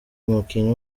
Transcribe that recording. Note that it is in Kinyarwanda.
umukinnyi